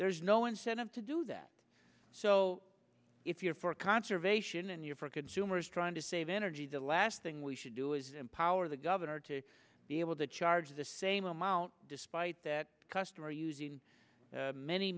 there's no incentive to do that so if you're for conservation and you're for consumers trying to save energy the last thing we should do is empower the governor to be able to charge the same amount despite that customer using many